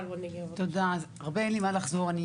יו"ר ועדת ביטחון פנים: תודה,